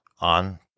on